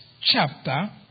chapter